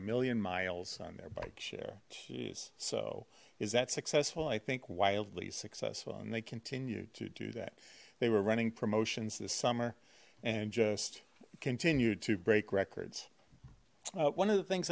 a million miles on their bike share cheese so is that successful i think wildly successful and they continue to do that they were running promotions this summer and just continued to break records one of the things